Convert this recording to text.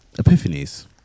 Epiphanies